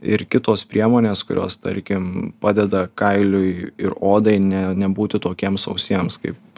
ir kitos priemonės kurios tarkim padeda kailiui ir odai ne nebūti tokiem sausiems kaip